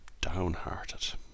downhearted